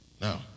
Now